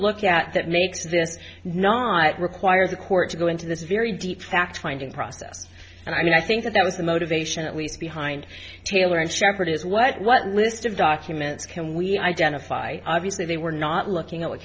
look at that makes this not require the court to go into this very deep fact finding process and i think that that was the motivation at least behind taylor and sheppard is what what list of documents can we identify obviously they were not looking at